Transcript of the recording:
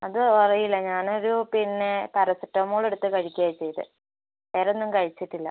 അത് അറിയില്ല ഞാൻ ഒരു പിന്നെ പാരസെറ്റാമോൾ എടുത്ത് കഴിക്കുകയാണ് ചെയ്തത് വേറെ ഒന്നും കഴിച്ചിട്ടില്ല